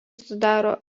sudaro